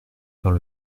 faire